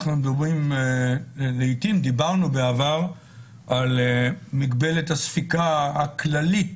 לעתים דיברנו בעבר על מגבלת הספיקה הכללית